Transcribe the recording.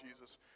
Jesus